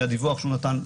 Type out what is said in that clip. מהדיווח שהוא נתן,